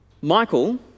Michael